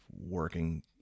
working